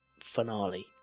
finale